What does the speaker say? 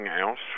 else